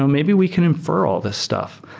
um maybe we can infer all this stuff.